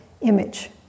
image